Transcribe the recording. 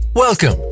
Welcome